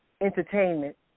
entertainment